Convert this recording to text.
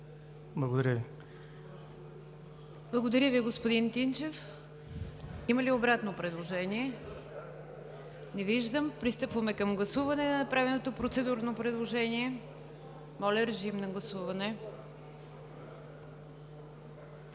НИГЯР ДЖАФЕР: Благодаря Ви, господин Тинчев. Има ли обратно предложение? Не виждам. Пристъпваме към гласуване на направеното процедурно предложение. Моля, гласуваме.